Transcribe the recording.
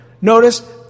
Notice